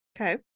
Okay